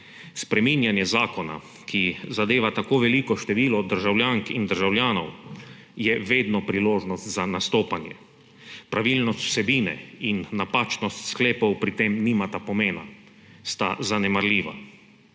Spreminjanje zakona, ki zadeva tako veliko število državljank in državljanov, je vedno priložnost za nastopanje, pravilnost vsebine in napačnost sklepov pri tem nimata pomena, sta zanemarljiva.